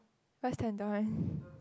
what's tendon